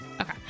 Okay